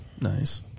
Nice